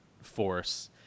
force